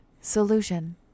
solution